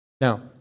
Now